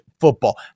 football